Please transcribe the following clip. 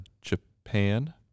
Japan